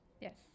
Yes